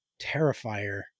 Terrifier